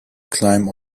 climb